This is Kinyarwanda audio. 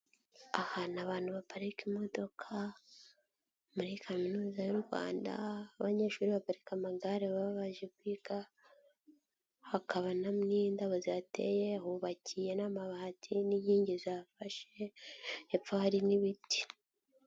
Ahantu abantu baparika imodoka, muri kaminuza y'u Rwanda, abanyeshuri baparika amagare baba baje kwiga, hakaba n'indabo zihateye, hubakiye n'amabati n'inkingi zihafashe, hepfo hari n'ibiti.